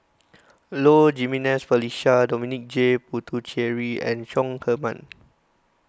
Low Jimenez Felicia Dominic J Puthucheary and Chong Heman